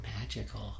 magical